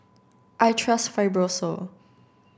I trust Fibrosol